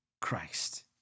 Christ